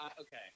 Okay